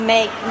Make